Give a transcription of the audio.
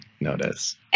notice